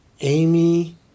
amy